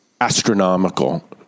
astronomical